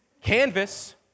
Canvas